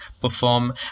perform